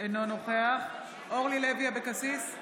אינו נוכח אורלי לוי אבקסיס,